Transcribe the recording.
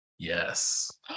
Yes